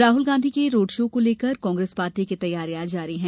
राहुल गांधी के road show को लेकर कांग्रेस पार्टी की तैयारियां जारी है